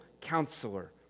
counselor